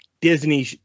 Disney